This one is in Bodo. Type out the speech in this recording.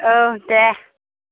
औ दे